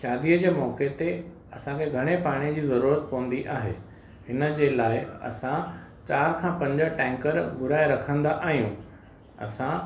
शादीअ जो मौके ते असांखे घणे पाणी जी ज़रुरत पवंदी आहे हिनजे लाइ असां चारि खां पंज टैंकर घुराए रखंदा आहियूं असां